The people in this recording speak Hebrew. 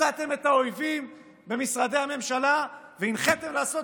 מצאתם את האויבים במשרדי הממשלה והנחיתם לעשות